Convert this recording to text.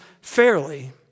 fairly